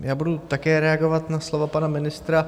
Já budu také reagovat na slova pana ministra.